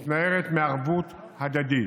מתנערת מערבות הדדית.